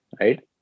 Right